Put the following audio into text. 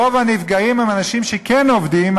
רוב הנפגעים הם אנשים שכן עובדים,